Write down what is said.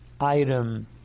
item